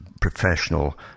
professional